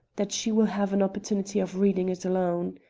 that she will have an opportunity of reading it alone.